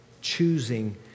choosing